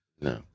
No